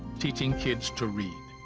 teaching kids to read.